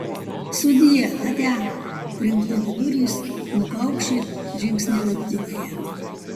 sudie atia trinkteli durys nukaukši žingsniai laiptinėje